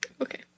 Okay